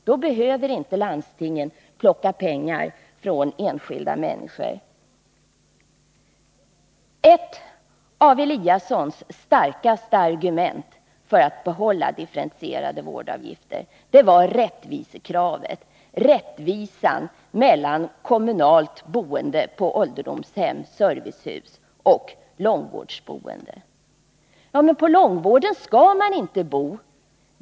Då behöver de inte plocka pengar från enskilda människor. Ett av Ingemar Eliassons starkaste argument för att behålla differentierade vårdavgifter var rättvisekravet, rättvisan mellan kommunalt boende på ålderdomshem och i servicehus och långvårdsboende. Men på långvården skall man inte bo.